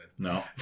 No